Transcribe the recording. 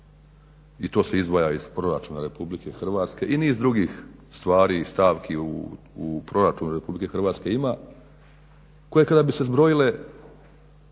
i to se izdvaja iz proračuna RH i niz drugih stvari i stavki u proračunu RH ima koje kada bi se zbrojile